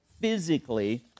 physically